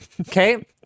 okay